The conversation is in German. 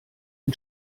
ein